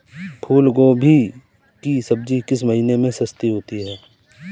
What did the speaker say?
फूल गोभी की सब्जी किस महीने में सस्ती होती है?